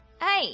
Hey